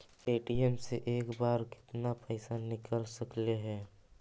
ATM से एक बार मे केत्ना पैसा निकल सकली हे?